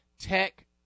Tech